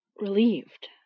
relieved